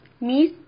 Miss